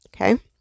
Okay